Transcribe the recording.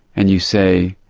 and you say,